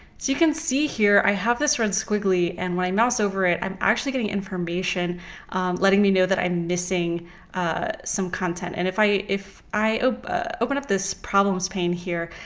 you can see here, i have this red squiggly and my mouse over it. i'm actually getting information letting me know that i'm missing some content. and if i if i ah open up this problems pane here,